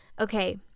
Okay